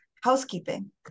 housekeeping